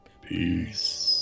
Peace